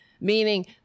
Meaning